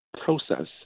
process